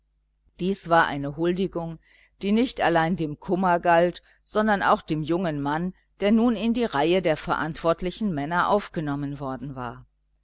dies war eine huldigung die nicht allein dem kummer galt sondern auch dem jungen mann der nun in die reihe der verantwortlichen männer aufgenommen worden war